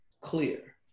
clear